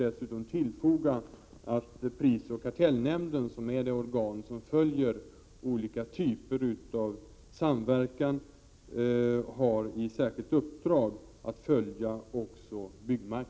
1987/88:129 dessutom tillfoga att prisoch kartellnämnden, som är det organ som följer 30 maj 1988 olika typer av samverkan, har i särskilt uppdrag att följa också byggmark